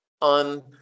on